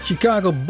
Chicago